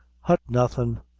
hut, nothing.